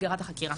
סגירת החקירה.